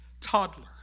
toddler